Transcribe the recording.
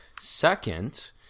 second